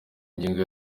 ngingo